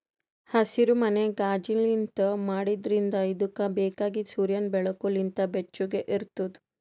ಹಸಿರುಮನಿ ಕಾಜಿನ್ಲಿಂತ್ ಮಾಡಿದ್ರಿಂದ್ ಇದುಕ್ ಬೇಕಾಗಿದ್ ಸೂರ್ಯನ್ ಬೆಳಕು ಲಿಂತ್ ಬೆಚ್ಚುಗ್ ಇರ್ತುದ್